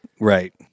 Right